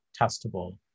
testable